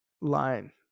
line